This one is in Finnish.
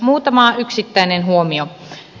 muutama yksittäinen huomio